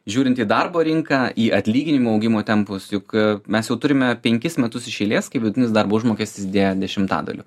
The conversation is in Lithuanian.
žiūrint į darbo rinką į atlyginimų augimo tempus juk mes jau turime penkis metus iš eilės kai vidutinis darbo užmokestis didėjo dešimtadaliu